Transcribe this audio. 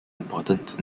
importance